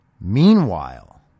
Meanwhile